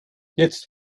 jetzt